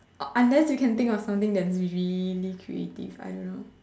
unless you can think of something that's really creative I don't know